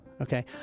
Okay